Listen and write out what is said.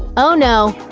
oh no!